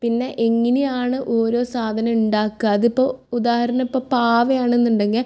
പിന്നെ എങ്ങനെയാണ് ഓരോ സാധനം ഉണ്ടാക്കുക അതിപ്പോൾ ഉദാഹരണമായിപ്പോൾ പാവയാണെന്നുണ്ടെങ്കിൽ